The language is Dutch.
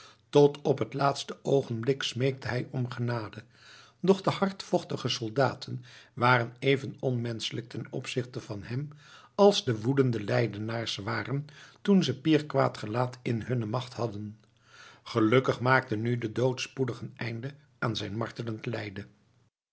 tot op het laatste oogenblik smeekte hij om genade doch de hardvochtige soldaten waren even onmenschelijk ten opzichte van hem als de woedende leidenaars waren toen ze pier quaet gelaet in hunne macht hadden gelukkig maakte nu de dood spoedig een einde aan zijn martelend lijden